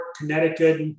Connecticut